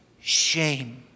shame